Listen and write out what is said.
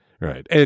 Right